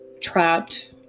trapped